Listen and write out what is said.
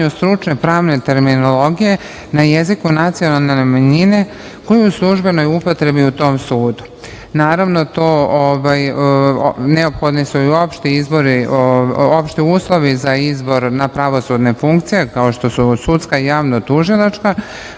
stručne pravne terminologije na jeziku nacionalne manjine koji je u službenoj upotrebi u tom sudu. Naravno, neophodni su i opšti uslovi za izbor na pravosudne funkcije, kao što su sudska i javnotužilačka,